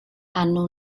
hanno